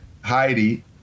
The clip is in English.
heidi